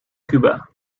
cuba